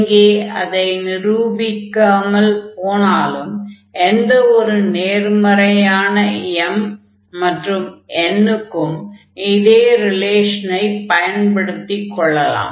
இங்கே அதை நிரூபிக்காமல் போனாலும் எந்த ஒரு நேர்மறையான m மற்றும் n க்கும் இதே ரிலேஷனைப் பயன்படுத்திக் கொள்ளலாம்